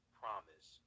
promise